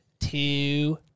two